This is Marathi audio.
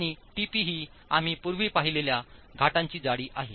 आणिtpही आम्ही पूर्वी पाहिलेल्याघाटांचीजाडी आहे